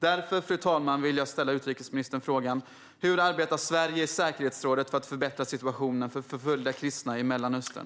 Därför, fru talman, vill jag ställa utrikesministern frågan: Hur arbetar Sverige i säkerhetsrådet för att förbättra situationen för förföljda kristna i Mellanöstern?